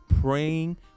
praying